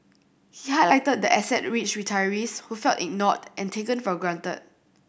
he highlighted the asset rich retirees who felt ignored and taken for granted